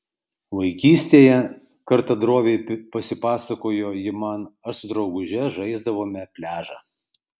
vaikystėje kartą droviai pasipasakojo ji man aš su drauguže žaisdavome pliažą